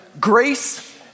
grace